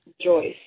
Joyce